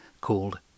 called